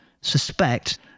suspect